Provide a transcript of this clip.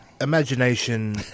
imagination